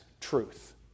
truth